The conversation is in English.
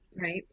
Right